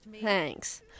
Thanks